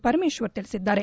ಪರಮೇಶ್ವರ್ ತಿಳಿಸಿದ್ದಾರೆ